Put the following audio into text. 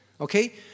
okay